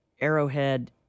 Arrowhead